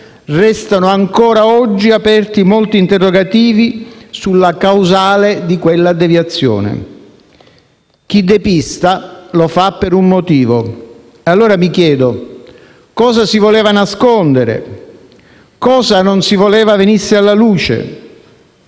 restino ancora oggi aperti molti interrogativi sulla causale di quella deviazione. Chi depista lo fa per un motivo e allora mi chiedo: cosa si voleva nascondere? Cosa non si voleva venisse alla luce?